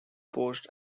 post